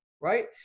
right